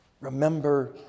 Remember